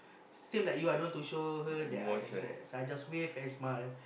same like you ah I don't want to show her that I am sad I just wave and smile